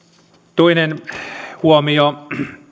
toinen huomio